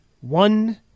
One